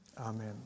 amen